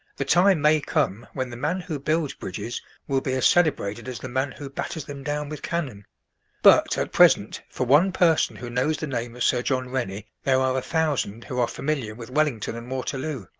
the time may come when the man who builds bridges will be as celebrated as the man who batters them down with cannon but, at present, for one person who knows the name of sir john rennie there are a thousand who are familiar with wellington and waterloo.